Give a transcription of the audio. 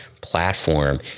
platform